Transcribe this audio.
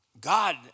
God